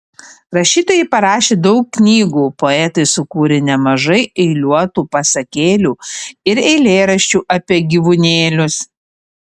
rašytojai parašė daug knygų poetai sukūrė nemažai eiliuotų pasakėlių ir eilėraščių apie gyvūnėlius